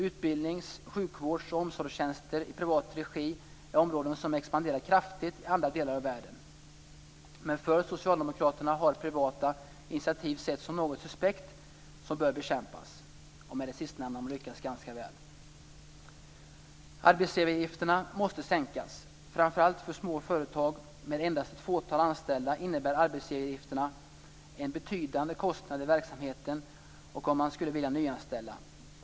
Utbildnings-, sjukvårds och omsorgstjänster i privat regi är områden som expanderar kraftigt i andra delar av världen. Men för socialdemokraterna har privata initiativ setts som något suspekt som bör bekämpas. Med det sistnämnda har man lyckats ganska väl. Arbetsgivaravgifterna måste sänkas. För framför allt små företag med endast ett fåtal anställda innebär arbetsgivaravgifterna en betydande kostnad i verksamheten och om man skulle vilja nyanställa.